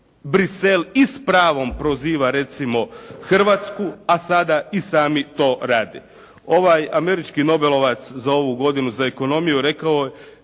Bruxelles i s pravom proziva recimo Hrvatsku, a sada i sami to rade. Ovaj američki nobelovac za ovu godinu za ekonomiju rekao je